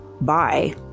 bye